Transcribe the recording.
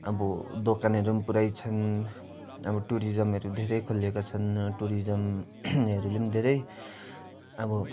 अब दोकानहरू पुरा छन् अब टुरिज्महरू धेरै खुलेका छन् टुरिज्म हरूले धेरै अब